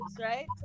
right